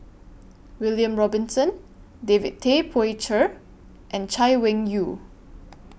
William Robinson David Tay Poey Cher and Chay Weng Yew